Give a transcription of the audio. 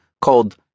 called